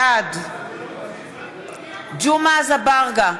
בעד ג'מעה אזברגה,